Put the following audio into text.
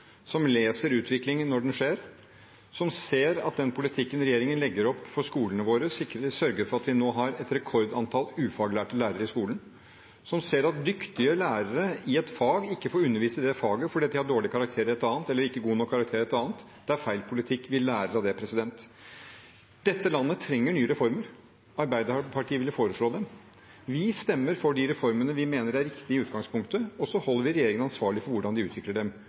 som leser utviklingen når den skjer, som ser at den politikken regjeringen legger opp for skolene våre, sørger for at vi nå har et rekordantall ufaglærte lærere i skolen, og som ser at dyktige lærere i et fag ikke får undervise i det faget fordi de har dårlige eller ikke gode nok karakterer i et annet. Det er feil politikk. Vi lærer av det. Dette landet trenger nye reformer. Arbeiderpartiet ville foreslå dem. Vi stemmer for de reformene vi mener er riktige i utgangspunktet, og så holder vi regjeringen ansvarlig for hvordan de utvikler dem.